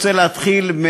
רוצה להתחיל,